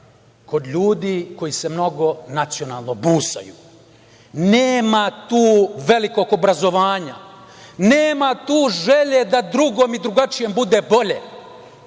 kod ljudi koji se mnogo nacionalno busaju, nema tu velikog obrazovanja, nema tu želje da drugom i drugačijem bude bolje.